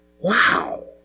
Wow